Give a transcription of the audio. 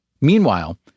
Meanwhile